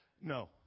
no